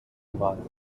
oval